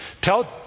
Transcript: Tell